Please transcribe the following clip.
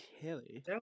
Kelly